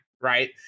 right